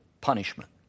punishment